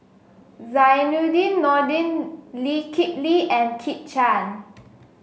Zainudin Nordin Lee Kip Lee and Kit Chan